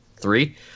three